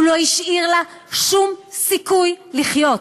הוא לא השאיר לה שום סיכוי לחיות.